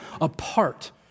apart